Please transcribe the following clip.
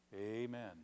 Amen